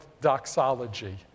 doxology